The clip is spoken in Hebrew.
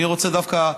אני רוצה דווקא,